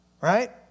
Right